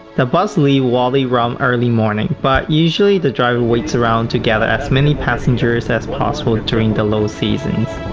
the bus leaves wadi rum early morning, but usually the driver waits around to gather as many passengers as possible during the low seasons.